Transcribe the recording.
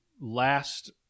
last